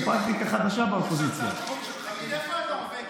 איפה הנורבגים?